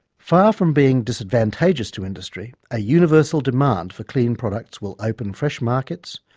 far from being disadvantageous to industry, a universal demand for clean products will open fresh markets,